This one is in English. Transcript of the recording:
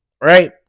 right